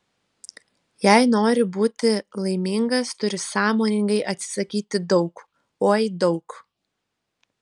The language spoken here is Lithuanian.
jei nori būti laimingas turi sąmoningai atsisakyti daug oi daug